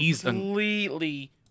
completely